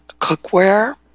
cookware